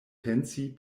pensi